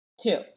Two